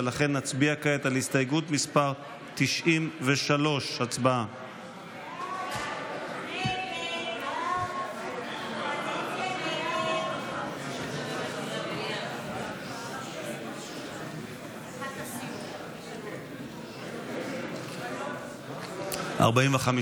לכן נצביע כעת על הסתייגות מס' 93. הצבעה.